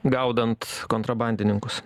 gaudant kontrabandininkus